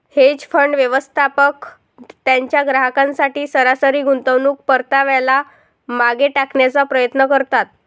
hedge fund, व्यवस्थापक त्यांच्या ग्राहकांसाठी सरासरी गुंतवणूक परताव्याला मागे टाकण्याचा प्रयत्न करतात